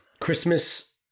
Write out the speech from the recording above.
Christmas